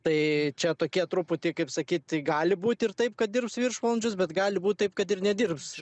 tai čia tokie truputį kaip sakyti gali būti ir taip kad dirbs viršvalandžius bet gali būt taip kad ir nedirbs